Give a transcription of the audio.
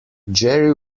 jerry